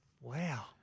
Wow